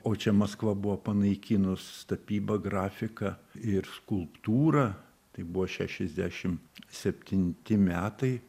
o čia maskva buvo panaikinus tapybą grafiką ir skulptūrą tai buvo šešiasdešim septinti metai